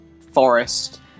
forest